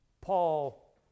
Paul